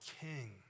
king